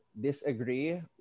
Disagree